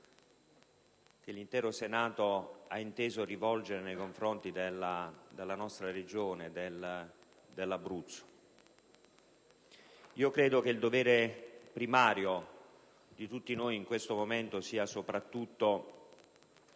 che l'intero Senato ha inteso assumere nei confronti della mia Regione, l'Abruzzo. Credo che il dovere primario di tutti noi in questo momento sia soprattutto